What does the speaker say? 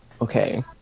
Okay